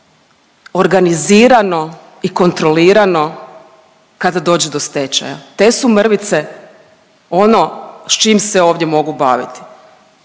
organizirano i kontrolirano kada dođe do stečaja, te su mrvice ono s čim se ovdje mogu baviti,